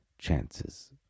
chances